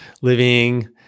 living